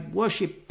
worship